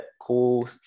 cool